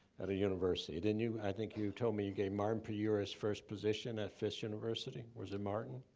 at a university. didn't you? i think you told me you gave martin puryear, his first position at fisk university. was it martin?